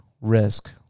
risk